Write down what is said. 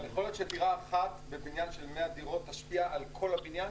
אבל יכול להיות שדירה אחת בניין של 100 דירות תשפיע על כל הבניין?